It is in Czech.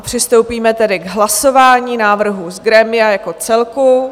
Přistoupíme tedy k hlasování návrhu z grémia jako celku.